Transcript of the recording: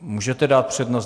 Můžete dát přednost.